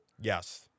Yes